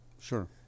Sure